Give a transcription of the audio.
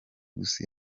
gusa